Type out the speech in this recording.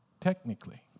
technically